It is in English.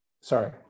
Sorry